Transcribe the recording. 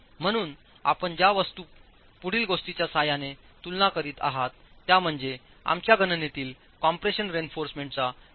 म्हणूनआपणज्या वस्तू पुढील गोष्टींच्यासहाय्याने तुलना करीत आहात त्या म्हणजे आमच्या गणनेतील कॉम्प्रेशन रेइन्फॉर्समेंटचा परिणाम पाहणे